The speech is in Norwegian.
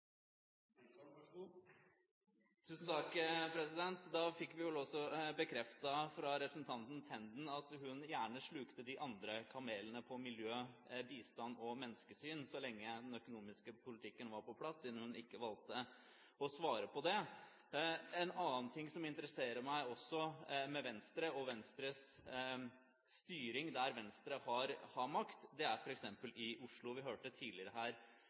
Da fikk vi vel også bekreftet fra representanten Tenden at hun gjerne slukte de andre kamelene som gjelder miljø, bistand og menneskesyn, så lenge den økonomiske politikken var på plass, siden hun valgte å ikke svare på det. En annen ting som også interesserer meg med Venstre og Venstres styring der Venstre har makt, er f.eks i Oslo. Vi hørte tidligere